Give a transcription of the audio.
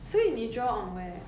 所以你 draw on where